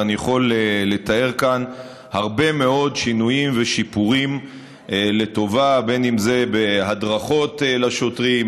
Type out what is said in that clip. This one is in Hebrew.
ואני יכול לתאר כאן הרבה מאוד שינויים ושיפורים לטובה: בהדרכות לשוטרים;